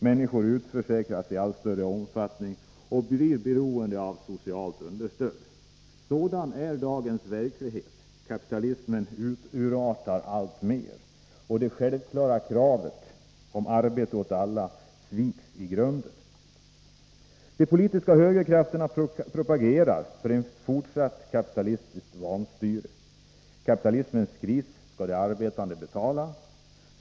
Människor utförsäkras i allt större omfattning och blir beroende av socialt understöd. Sådan är dagens verklighet. Kapitalismen urartar alltmer. Det självklara kravet på arbete åt alla sviks i grunden. De politiska högerkrafterna propagerar för ett fortsatt kapitalistiskt vanstyre. Kapitalismens kris skall de arbetande betala.